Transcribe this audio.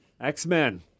X-Men